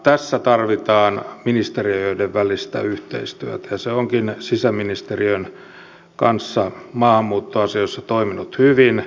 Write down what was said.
tässä tarvitaan ministeriöiden välistä yhteistyötä ja se onkin sisäministeriön kanssa maahanmuuttoasioissa toiminut hyvin